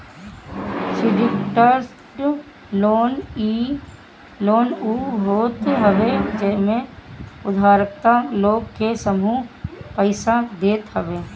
syndicated loan उ होत हवे जेमे उधारकर्ता लोग के समूह पईसा देत हवे